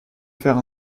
faire